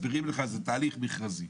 מסבירים לך זה תהליך מכרזי.